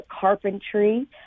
carpentry